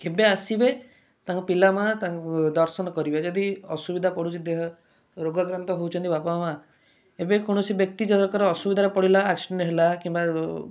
କେବେ ଆସିବେ ତାଙ୍କ ପିଲାମାନେ ତାଙ୍କ ଦର୍ଶନ କରିବେ ଯଦି ଅସୁବିଧା ପଡ଼ୁଛି ଦେହ ରୋଗାକ୍ରାନ୍ତ ହେଉଛନ୍ତି ବାପା ମାଆ ଏବେ କୌଣସି ବ୍ୟକ୍ତି ଜଣକର ଅସୁବିଧାରେ ପଡ଼ିଲା ଆକ୍ସିଡେଣ୍ଟ୍ ହେଲା କିମ୍ବା